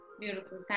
beautiful